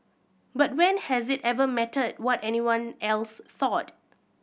but when has it ever mattered what anyone else thought